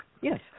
Yes